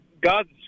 God's